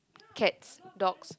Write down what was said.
cats dogs